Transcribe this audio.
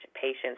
patients